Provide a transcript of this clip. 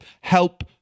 help